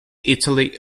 italy